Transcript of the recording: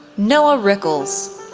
noah rickles,